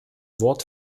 wort